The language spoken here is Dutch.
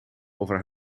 over